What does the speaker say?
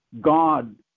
God